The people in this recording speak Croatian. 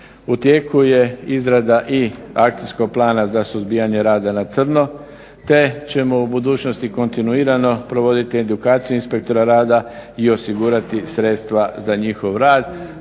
U tijeku je izrada i Akcijskog plana za suzbijanje rada na crno te ćemo u budućnosti kontinuirano provoditi edukacije inspektora rada i osigurati sredstva za njihov rad.